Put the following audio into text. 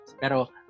pero